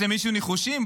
יש למישהו ניחושים?